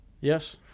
Yes